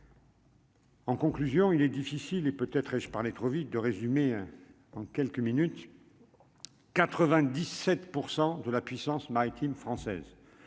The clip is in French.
En conclusion, il est difficile et peut-être je parlais trop vite de résumer en quelques minutes 97 % de la puissance maritime française,